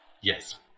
Yes